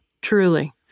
Truly